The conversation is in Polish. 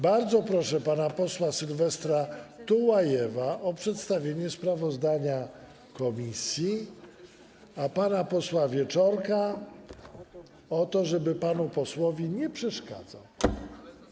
Bardzo proszę pana posła Sylwestra Tułajewa o przedstawienie sprawozdania komisji (Gwar na sali), a pana posła Wieczorka o to, żeby panu posłowi nie przeszkadzał.